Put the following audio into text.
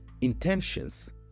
intentions